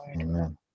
Amen